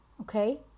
okay